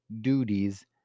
duties